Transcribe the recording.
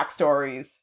backstories